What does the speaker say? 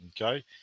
okay